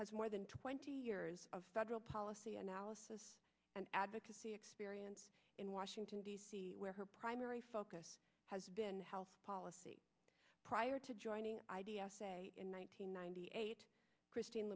has more than twenty years of federal policy analysis and advocacy experience in washington d c where her primary focus has been health policy prior to joining i d s in one nine hundred ninety eight christine